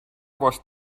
was